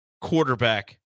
quarterback